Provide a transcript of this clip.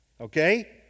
okay